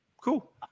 cool